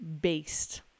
based